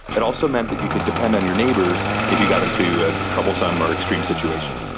it also meant that you could depend on your neighbours if you got into a troublesome or extreme situation.